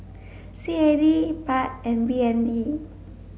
C A D Baht and B N D